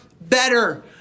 better